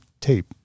tape